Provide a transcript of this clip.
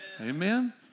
Amen